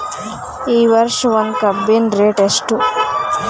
ಈ ವರ್ಷ ಒಂದ್ ಟನ್ ಕಬ್ಬಿನ ರೇಟ್ ಎಷ್ಟು?